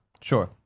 Sure